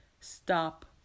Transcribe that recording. stop